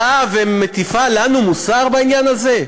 באה ומטיפה לנו מוסר בעניין הזה.